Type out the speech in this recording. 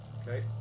Okay